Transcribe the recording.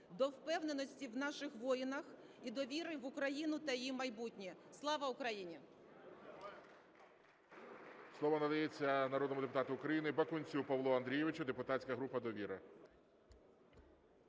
до впевненості в наших воїнах і довіри в Україну та її майбутнє. Слава Україні!